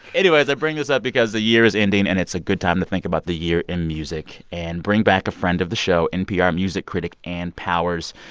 anyway, i bring this up because the year is ending. and it's a good time to think about the year in music and bring back a friend of the show, npr music critic ann powers.